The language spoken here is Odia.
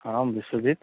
ହଁ ବିଶ୍ଵଜିତ